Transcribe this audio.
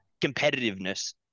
competitiveness